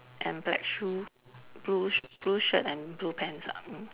and black shoe blue sh~ blue shirt and blue pants ah mm